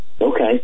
Okay